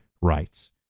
rights